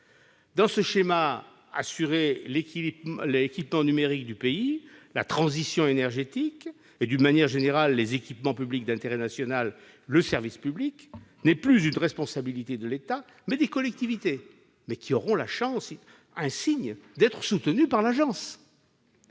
Dans ce schéma, assurer l'équipement numérique du pays, la transition énergétique et, d'une manière générale, les équipements publics d'intérêt national et le service public relève de la responsabilité non plus de l'État, mais des collectivités, lesquelles auront la chance insigne d'être soutenues par l'agence